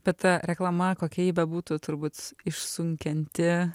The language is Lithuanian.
bet ta reklama kokia ji bebūtų turbūt išsunkianti